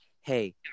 hey